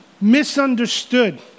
misunderstood